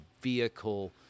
vehicle